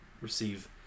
receive